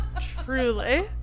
Truly